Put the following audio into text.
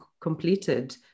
completed